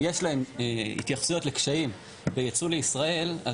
יש להם התייחסויות לקשיים בייצוא לישראל,